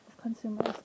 consumers